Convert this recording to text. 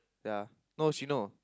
ya no she know